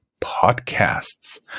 podcasts